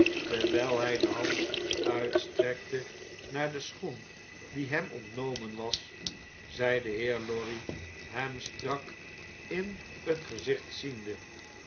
h j de hand uitstrekte naar den schoen die hem ontnomen was zei de heer lorry hem strak in het gezicht ziende